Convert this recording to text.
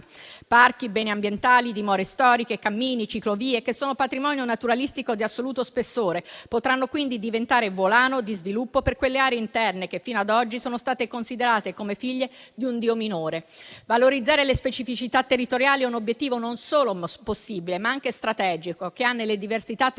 Parchi, beni ambientali, dimore storiche, cammini e ciclovie, che sono patrimonio naturalistico di assoluto spessore, potranno quindi diventare volano di sviluppo per quelle aree interne che fino ad oggi sono state considerate come figlie di un dio minore. Valorizzare le specificità territoriali è un obiettivo non solo possibile, ma anche strategico, che ha nelle diversità territoriali,